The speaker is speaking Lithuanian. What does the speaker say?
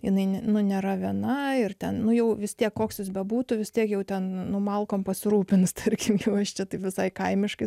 jinai nėra viena ir ten jau vis tiek koks jis bebūtų vis tiek jau ten malkom pasirūpins tarkim šiuos čia tai visai kaimiškai